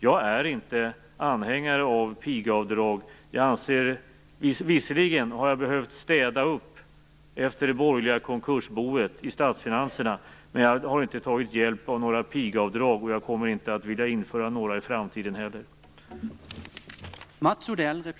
Jag är inte anhängare av pigavdrag. Visserligen har jag behövt städa upp efter det borgerliga konkursboet i statsfinanserna, men jag har inte tagit hjälp av några pigavdrag och jag kommer inte att vilja införa några i framtiden heller.